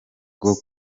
bwo